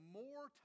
more